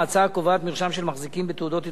ההצעה קובעת מרשם של מחזיקים בתעודות התחייבות,